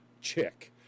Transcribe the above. chick